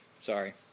Sorry